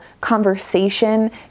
conversation